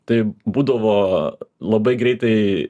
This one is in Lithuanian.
tai būdavo labai greitai